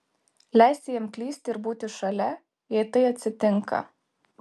leisti jam klysti ir būti šalia jei tai atsitinka